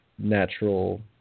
natural